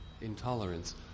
intolerance